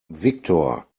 viktor